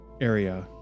area